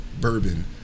bourbon